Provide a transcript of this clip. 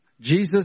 Jesus